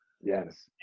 Yes